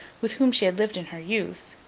with whom she had lived in her youth,